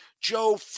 Joe